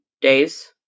days